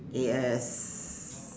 yes